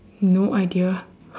no idea